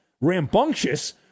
rambunctious